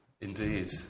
Indeed